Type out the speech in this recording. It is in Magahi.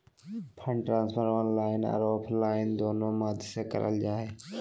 फंड ट्रांसफर ऑनलाइन आर ऑफलाइन दोनों माध्यम से करल जा हय